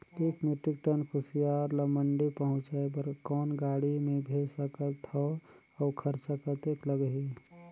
एक metric ton कुसियार ल मंडी पहुंचाय बर कौन गाड़ी मे भेज सकत हव अउ खरचा कतेक लगही?